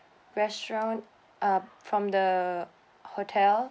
restaurant um from the hotel